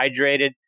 hydrated